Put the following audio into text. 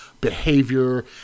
behavior